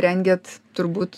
rengiat turbūt